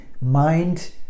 mind